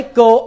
go